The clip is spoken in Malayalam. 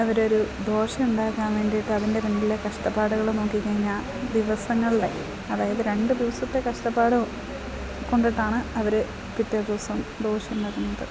അവരൊരു ദോശയുണ്ടാക്കാൻ വേണ്ടിയിട്ട് അതിൻ്റെ മുൻപിലെ കഷ്ടപ്പാടുകൾ നോക്കിക്കഴിഞ്ഞാൽ ദിവസങ്ങളുടെ അതായത് രണ്ട് ദിവസത്തെ കഷ്ടപ്പാട് കൊണ്ടിട്ടാണ് അവർ പിറ്റേ ദിവസം ദോശയുണ്ടാക്കുന്നത്